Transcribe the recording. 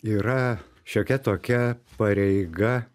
yra šiokia tokia pareiga